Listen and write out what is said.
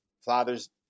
Fathers